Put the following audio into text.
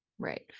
Right